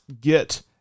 get